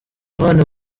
abana